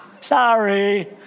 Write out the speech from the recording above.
Sorry